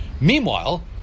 Meanwhile